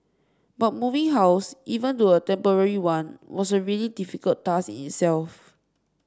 but moving house even to a temporary one was a really difficult task in itself